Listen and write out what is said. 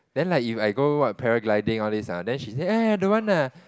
then like if I go what paragliding all this ah then she say !aiya! don't want lah